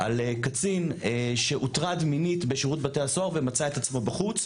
על קצין שהוטרד מינית בשירות בתי הסוהר ומצא את עצמו בחוץ,